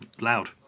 loud